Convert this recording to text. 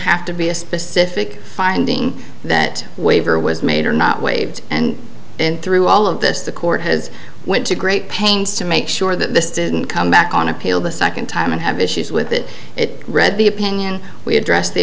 have to be a specific finding that waiver was made or not waived and in through all of this the court has went to great pains to make sure that this didn't come back on appeal the second time and have issues with it it read the opinion we addressed the